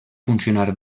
funcionar